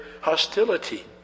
hostility